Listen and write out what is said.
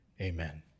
Amen